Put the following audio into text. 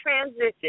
transition